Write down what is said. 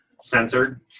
censored